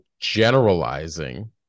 generalizing